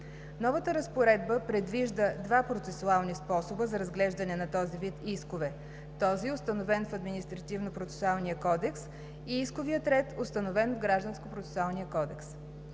Новата разпоредба предвижда два процесуални способа за разглеждане на този вид искове – този, установен в Административнопроцесуалния кодекс, и исковият ред, установен в Гражданскопроцесуалния кодекс.